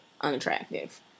unattractive